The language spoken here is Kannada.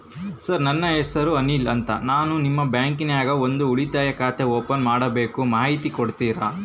ಸರ್ ನನ್ನ ಹೆಸರು ಅನಿಲ್ ಅಂತ ನಾನು ನಿಮ್ಮ ಬ್ಯಾಂಕಿನ್ಯಾಗ ಒಂದು ಉಳಿತಾಯ ಖಾತೆ ಓಪನ್ ಮಾಡಬೇಕು ಮಾಹಿತಿ ಕೊಡ್ತೇರಾ?